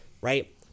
right